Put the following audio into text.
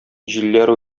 җилләр